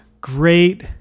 great